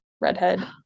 redhead